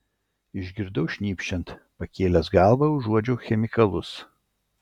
išgirdau šnypščiant pakėlęs galvą užuodžiau chemikalus